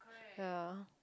ya